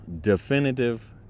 definitive